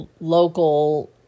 local